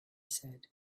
said